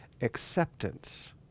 acceptance